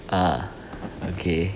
ah okay